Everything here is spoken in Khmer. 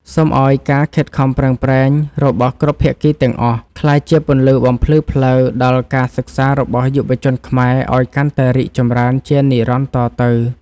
សូមឱ្យការខិតខំប្រឹងប្រែងរបស់គ្រប់ភាគីទាំងអស់ ក្លាយជាពន្លឺបំភ្លឺផ្លូវដល់ការសិក្សារបស់យុវជនខ្មែរឱ្យកាន់តែរីកចម្រើនជានិរន្តរ៍តទៅ។